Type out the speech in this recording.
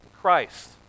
Christ